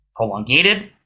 prolongated